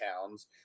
towns